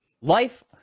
Life